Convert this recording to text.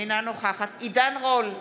אינה נוכחת עידן רול,